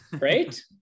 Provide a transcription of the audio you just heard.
Right